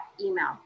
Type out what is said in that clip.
email